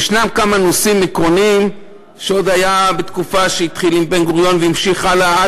יש כמה נושאים עקרוניים שהתחילו לדבר עליהם